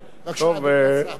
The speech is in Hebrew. חבר הכנסת טלב אלסאנע,